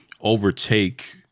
overtake